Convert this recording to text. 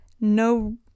No